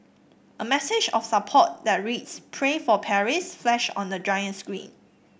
a message of support that reads Pray for Paris flashed on the giant screen